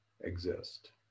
exist